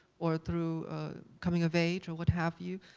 or through coming-of-age, or what have you.